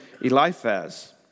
Eliphaz